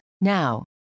Now